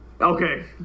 Okay